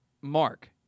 Mark